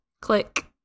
click